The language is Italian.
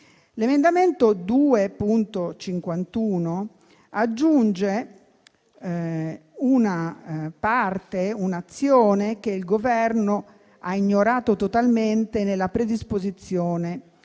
L'emendamento 2.51 aggiunge un'azione che il Governo ha ignorato totalmente nella predisposizione